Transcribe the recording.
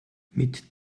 mit